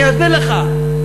אני אסביר לך,